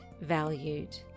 valued